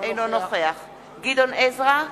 אינו נוכח גדעון עזרא,